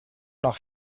noch